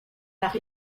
nach